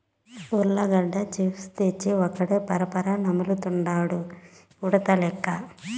ఉర్లగడ్డ చిప్స్ తెచ్చి ఒక్కడే పరపరా నములుతండాడు ఉడతలెక్క